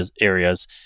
areas